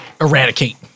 eradicate